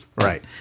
Right